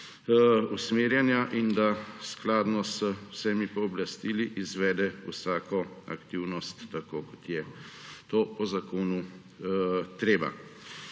usmerjanja, in da skladno z vsemi pooblastili izvede vsako aktivnost, tako kot je to po zakonu treba.